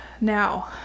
Now